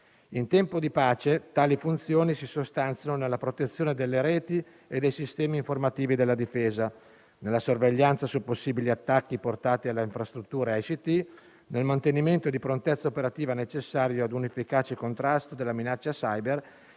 In tempo di pace tali funzioni si sostanziano nella protezione delle reti e dei sistemi informativi della Difesa, nella sorveglianza sui possibili attacchi portati alla infrastruttura ICT, nel mantenimento di prontezza operativa necessario a un efficace contrasto della minaccia *cyber*